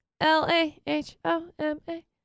L-A-H-O-M-A